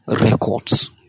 records